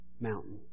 mountain